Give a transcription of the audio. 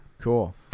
cool